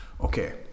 Okay